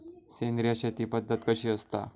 सेंद्रिय शेती पद्धत कशी असता?